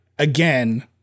again